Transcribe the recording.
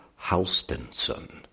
Halstenson